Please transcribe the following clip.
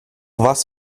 was